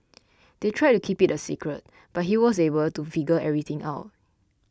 they tried to keep it a secret but he was able to figure everything out